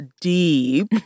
deep